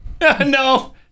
No